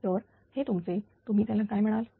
तर हे तुमचे तुम्ही त्याला काय म्हणाल